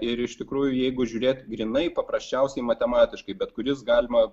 ir iš tikrųjų jeigu žiūrėt grynai paprasčiausiai matematiškai bet kuris galima